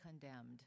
condemned